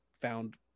found